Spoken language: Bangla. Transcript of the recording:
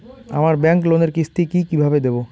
আমার ব্যাংক লোনের কিস্তি কি কিভাবে দেবো?